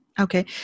Okay